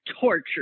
torture